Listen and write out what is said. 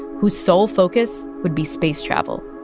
whose sole focus would be space travel.